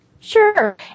Sure